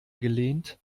gelehnt